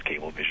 Cablevision